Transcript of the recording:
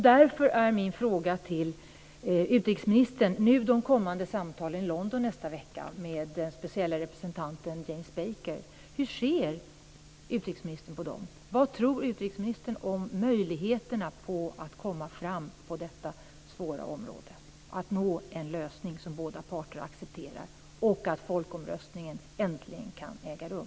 Därför har jag en fråga till utrikesministern. Hur ser utrikesministern på de kommande samtalen i James Baker? Vad tror utrikesministern om möjligheterna att komma fram på detta svåra område och nå en lösning som båda parter accepterar så att folkomröstningen äntligen kan äga rum?